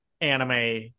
anime